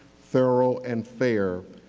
thorough and fair,